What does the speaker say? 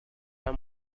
are